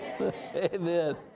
Amen